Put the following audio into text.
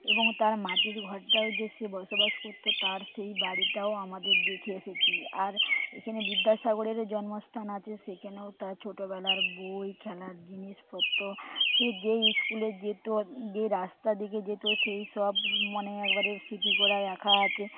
এবং তার মাটির ঘরটাও যেখানে সে বসবাস করত তার সেই বাড়িটাও আমারা দেখে এসেছি আর এখানে বিদ্যাসাগরেরও জন্মস্থান আছে সেখানেও তার ছোটবেলার বই খেলার জিনিসপত্র সে যেই স্কুলে যেত যে রাস্তা দিয়ে যেত সেই সব মনে একেবারে স্মৃতি করে রাখা আছে